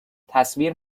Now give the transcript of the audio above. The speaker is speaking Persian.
تصویر